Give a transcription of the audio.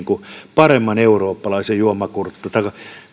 paremman eurooppalaisen juomakulttuurin